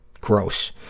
gross